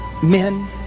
Men